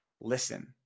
listen